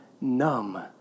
numb